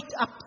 up